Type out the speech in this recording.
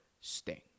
Sting